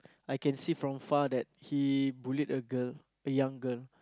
I can see from far the he bullied a girl a young girl